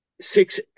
six